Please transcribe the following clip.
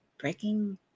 breaking